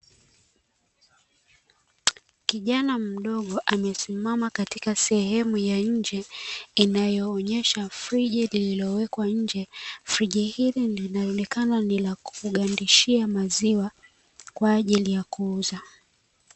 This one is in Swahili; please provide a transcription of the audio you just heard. Kijana mdogo amesimama katika sehemu ya nje, inayoonyesha friji lililowekwa nje. Friji hili linaonekana ni la kugandishia maziwa kwa ajili ya kuuza.